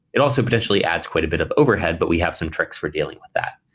it also potentially adds quite a bit of overhead, but we have some tricks for dealing with that.